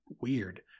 weird